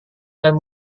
dan